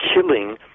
killing